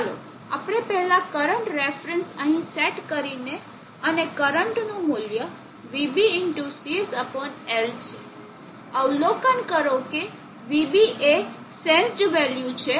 ચાલો આપણે પહેલા કરંટ રેફરન્સ અહીં સેટ કરીએ અને કરંટનું મૂલ્ય vB x CS L છે અવલોકન કરો કે vB એ સેન્સેડ વેલ્યુ છે